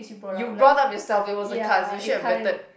you brought up yourself it was a card you should have vetted